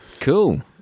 Cool